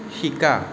শিকা